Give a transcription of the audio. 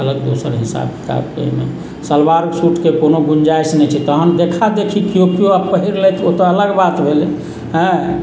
अलग दोसर हिसाब किताबके एहिमे सलवारो सूटके कओनो गुन्जाइस नहि छै तहन देखा देखी केओ केओ आब पहिरलथि ओ तऽ अलग बात भेलै हँ